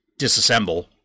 disassemble